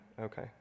Okay